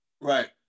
Right